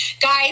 Guys